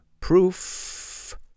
proof